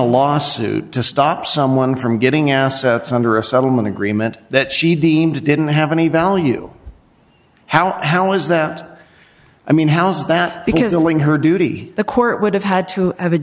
a lawsuit to stop someone from getting assets under a settlement agreement that she deemed didn't have any value how how is that i mean how's that because a ling her duty the court would have had to have a